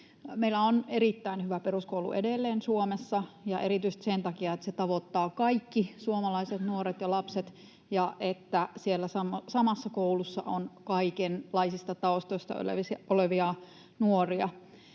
Meillä on Suomessa erittäin hyvä peruskoulu edelleen, erityisesti sen takia, että se tavoittaa kaikki suomalaiset nuoret ja lapset ja että siellä samassa koulussa on kaikenlaisista taustoista olevia nuoria.